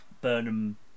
Burnham